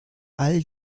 all